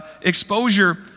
exposure